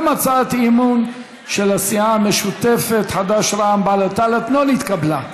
גם הצעת האי-אמון של הרשימה המשותפת לא נתקבלה.